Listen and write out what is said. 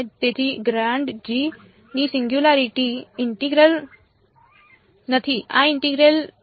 તેથી grad g ની singularity integral નથી આ ઇન્ટેગ્રલ છે